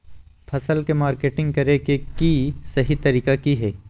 फसल के मार्केटिंग करें कि सही तरीका की हय?